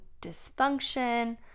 dysfunction